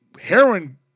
heroin